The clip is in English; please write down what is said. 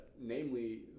Namely